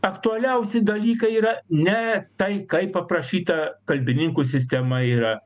aktualiausi dalykai yra ne tai kaip aprašyta kalbininkų sistema yra